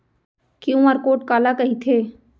QR code काला कहिथे?